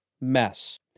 mess